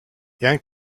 young